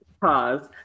Pause